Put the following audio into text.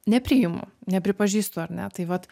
nepriimu nepripažįstu ar ne tai vat